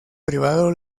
privado